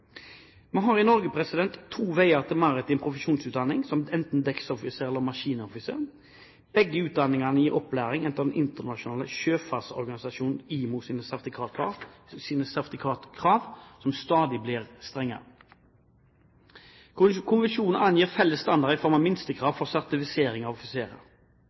I Norge har vi to veier til maritim profesjonsutdanning – enten til dekksoffiser eller til maskinoffiser. Begge utdanningene gir opplæring etter den internasjonale sjøfartsorganisasjonen IMOs sertifikatkrav, som stadig blir strengere. Konvensjonen angir felles standarder i form av minstekrav for sertifisering av